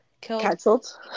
Cancelled